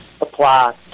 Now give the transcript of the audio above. apply